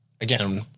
again